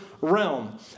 realm